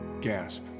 gasp